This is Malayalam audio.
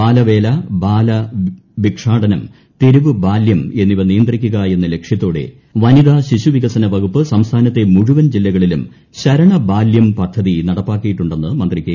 ബാലവേല ബാല ഭിക്ഷാടനം തെരുവു ബാല്യം എന്നിവ നിയന്ത്രിക്കുക എന്ന ലക്ഷ്യത്തോടെ വനിതാ ശിശു വികസന വകുപ്പ് സംസ്ഥാനത്തെ മുഴുവൻ ജില്ലകളിലും ശരണബാലൃം പദ്ധതി നടപ്പിലാക്കിയിട്ടുണ്ടെന്ന് മന്ത്രി കെ